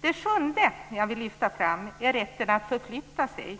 Det sjunde jag vill lyfta fram är rätten att förflytta sig.